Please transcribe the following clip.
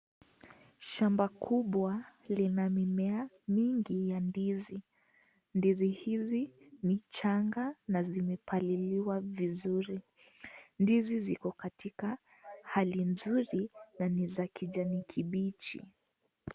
Shamba kubwa lina mimea mingi ya ndizi. Ndizi hizi ni changa na zimepaliliwa vizuri. Ndizi ziko katika hali nzuri na ni za kijani kibichi.